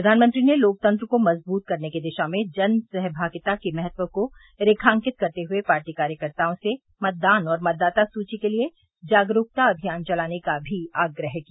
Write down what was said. प्रधानमंत्री ने लोकतंत्र को मज़बूत करने की दिशा में जनसहभागिता के महत्व को रेखांकित करते हुए पार्टी कार्यकर्ताओं से मतदान और मतदाता सूची के लिए जागरूकता अभियान चलाने का आग्रह भी किया